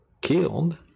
killed